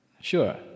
Sure